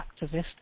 activist